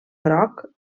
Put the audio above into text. groc